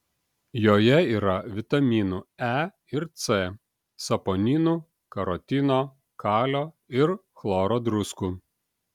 joje yra vitaminų e ir c saponinų karotino kalio ir chloro druskų